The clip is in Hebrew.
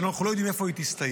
אנחנו לא יודעים איפה היא תסתיים,